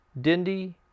Dindy